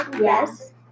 Yes